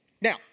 Now